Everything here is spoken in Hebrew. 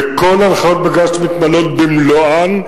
וכל הנחיות בג"ץ מתמלאות במלואן.